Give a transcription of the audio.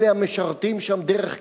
אלה המשרתים שם דרך קבע,